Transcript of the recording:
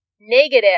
negative